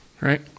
right